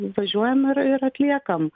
važiuojam ir ir atliekam